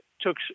took